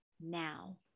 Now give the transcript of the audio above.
Now